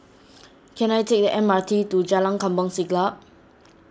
can I take the M R T to Jalan Kampong Siglap